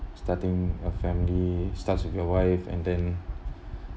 starting a family starts with your wife and then